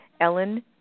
Ellen